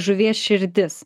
žuvies širdis